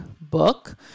book